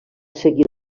seguir